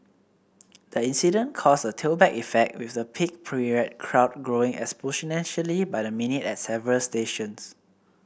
the incident caused a tailback effect with the peak period crowd growing exponentially by the minute at several stations